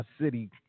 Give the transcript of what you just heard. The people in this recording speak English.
city